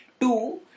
two